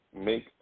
make